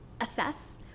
assess